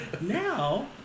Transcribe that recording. Now